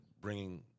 bringing